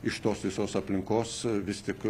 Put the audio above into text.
iš tos visos aplinkos vis tik